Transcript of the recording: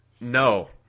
No